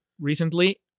recently